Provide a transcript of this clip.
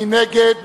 מי נגד?